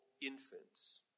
infants